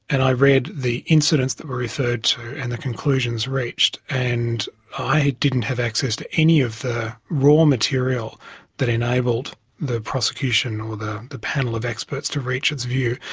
and i read the incidents that were referred to and the conclusions reached, and i didn't have access to any of the raw material that enabled the prosecution or the the panel of experts to reach its view,